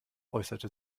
äußerte